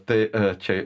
tai čia